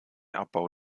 abbau